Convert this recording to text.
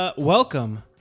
Welcome